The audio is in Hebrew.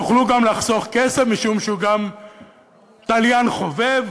תוכלו גם לחסוך כסף משום שהוא גם תליין חובב,